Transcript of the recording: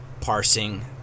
parsing